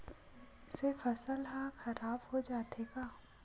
से फसल ह खराब हो जाथे का?